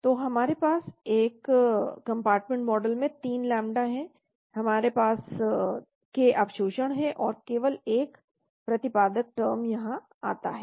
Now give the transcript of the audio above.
तो हमारे पास एक कंपार्टमेंट मॉडल में 3 लैम्ब्डा हैं हमारे पास k अवशोषण है और केवल एक प्रतिपादक टर्म यहां आता है